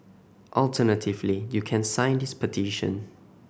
alternatively you can sign this petition